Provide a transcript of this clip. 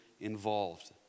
involved